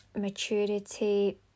maturity